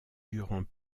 durant